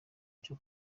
cyo